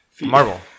Marvel